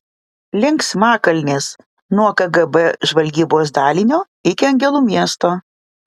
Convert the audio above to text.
linksmakalnis nuo kgb žvalgybos dalinio iki angelų miesto